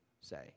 say